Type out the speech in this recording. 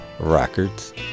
Records